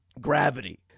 gravity